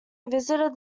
visited